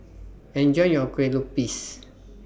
Enjoy your Kue Lupis